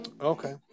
Okay